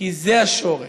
כי זה השורש,